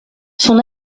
son